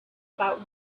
about